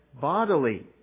bodily